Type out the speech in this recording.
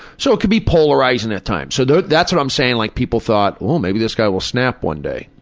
so it could be polarizing at times. so that's what i'm saying like people thought, well, maybe this guy will snap one day.